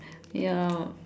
ya